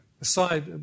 aside